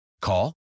Call